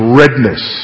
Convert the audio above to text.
redness